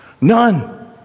None